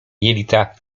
jelita